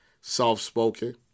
soft-spoken